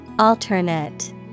Alternate